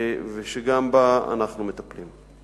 וגם בה אנחנו מטפלים.